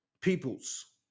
Peoples